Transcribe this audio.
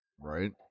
Right